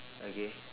okay